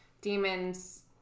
demons